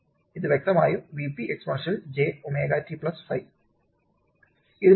ഇത് വ്യക്തമായും Vp exponential jωt 5